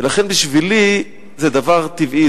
ולכן בשבילי זה דבר טבעי,